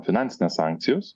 finansinės sankcijos